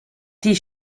die